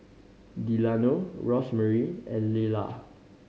Delano Rosemarie and Lelah